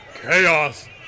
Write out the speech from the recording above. chaos